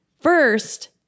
First